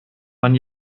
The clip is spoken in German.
man